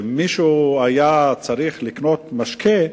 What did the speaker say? ופעם, כשמישהו היה צריך לקנות משקה,